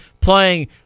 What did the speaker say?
playing